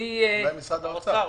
אולי נציג משרד האוצר.